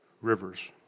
Rivers